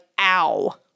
ow